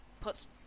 puts